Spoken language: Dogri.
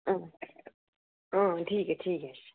हां हां ठीक ऐ ठीक ऐ अच्छा